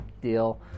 deal